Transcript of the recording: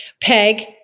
Peg